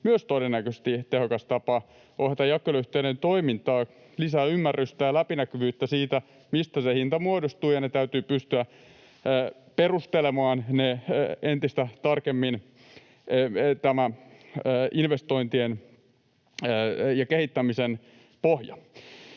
myös todennäköisesti tehokas tapa ohjata jakeluyhtiöiden toimintaa, lisää ymmärrystä ja läpinäkyvyyttä siitä, mistä se hinta muodostuu, ja täytyy pystyä perustelemaan entistä tarkemmin investointien ja kehittämisen pohja.